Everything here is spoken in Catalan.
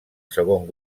segon